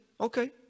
okay